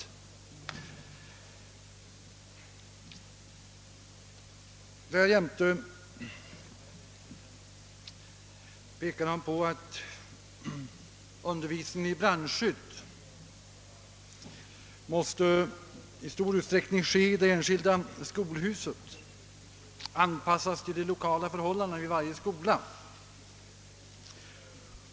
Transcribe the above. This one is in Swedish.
Därjämte pekar ecklesiastikministern på att undervisningen i brandskydd i stor utsträckning måste ske i de enskilda skolhusen och anpassas till de lokala förhållandena i varje skola.